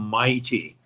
mighty